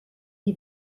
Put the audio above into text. die